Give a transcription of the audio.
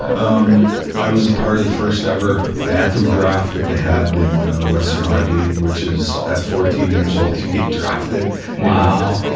um, i was a part of the first ever bathroom draft that they had in ah, western hockey league, which is at fourteen years old you get drafted paul wow.